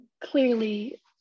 clearly